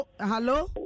Hello